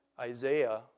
Isaiah